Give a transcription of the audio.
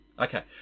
Okay